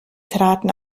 traten